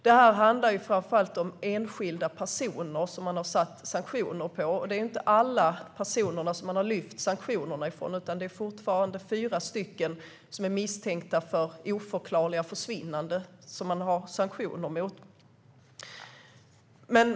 Det här handlar framför allt om enskilda personer som man har sanktioner mot. Man har inte lyft sanktionerna från alla personer, utan man har fortfarande sanktioner mot fyra som är misstänkta för oförklarliga försvinnanden.